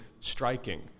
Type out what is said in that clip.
striking